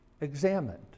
examined